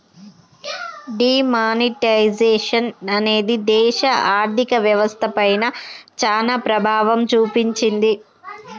D monetisation అనేది దేశ ఆర్ధిక వ్యవస్థ పైన చానా ప్రభావం చూపించింది